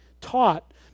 taught